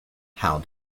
how